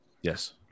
Yes